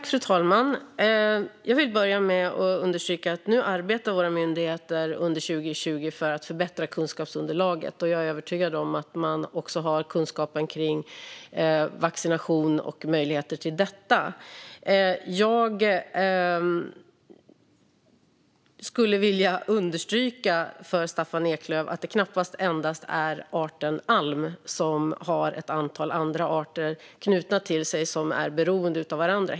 Fru talman! Jag vill börja med att understryka att våra myndigheter nu under 2020 arbetar för att förbättra kunskapsunderlaget. Jag är övertygad om att man också har kunskap kring vaccination och möjligheter till detta. Jag skulle också vilja understryka, Staffan Eklöf, att det knappast endast är arten alm som har ett antal andra arter knutna till sig som är beroende av varandra.